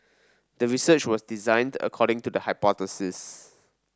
the research was designed according to the hypothesis